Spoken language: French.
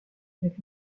avec